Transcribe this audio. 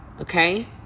Okay